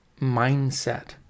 mindset